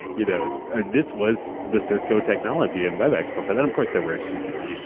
you know ah this was the cisco technology and webex, but for them, of course, they were competitors.